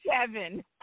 seven